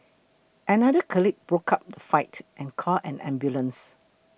another colleague broke up the fight and called an ambulance